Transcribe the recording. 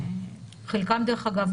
דרך אגב,